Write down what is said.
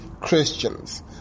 Christians